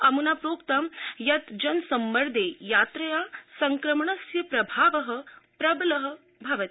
अमुना प्रोक्तं यत् जनसम्मर्दे यात्रया संक्रमणस्य प्रभावः प्रबलः भवति